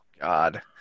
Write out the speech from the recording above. God